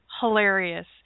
hilarious